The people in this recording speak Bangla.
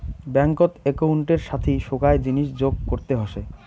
ব্যাঙ্কত একউন্টের সাথি সোগায় জিনিস যোগ করতে হসে